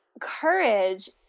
courage